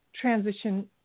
transition